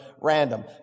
random